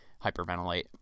hyperventilate